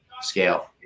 scale